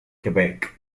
quebec